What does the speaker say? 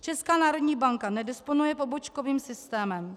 Česká národní banka nedisponuje pobočkovým systémem.